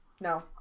No